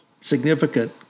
significant